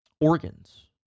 organs